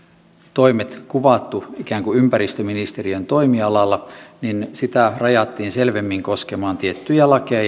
toimet kuvattu ikään kuin ympäristöministeriön toimialalla niin sitä rajattiin selvemmin koskemaan tiettyjä lakeja